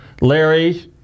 Larry